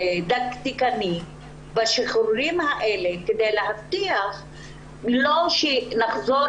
דקדקני בשחרורים האלה כדי להבטיח שלא נחזור